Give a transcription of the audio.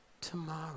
Tomorrow